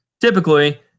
typically